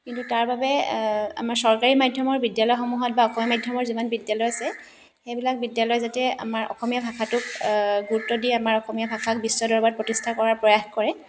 কিন্তু তাৰ বাবে আমাৰ চৰকাৰী মাধ্যমৰ বিদ্যালয়সমূহত বা অসমীয়া মাধ্যমত যিমান বিদ্যালয় আছে সেইবিলাক বিদ্যালয় যাতে আমাৰ অসমীয়া ভাষাটোক গুৰুত্ব দিয়ে আৰু আমাৰ অসমীয়া ভাষাক বিশ্ব দৰবাৰত প্ৰতিষ্ঠা কৰাৰ প্ৰয়াস কৰে